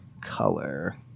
Color